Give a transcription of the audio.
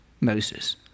Moses